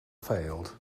failed